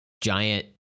giant